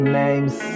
name's